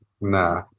Nah